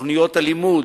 בתוכניות הלימוד,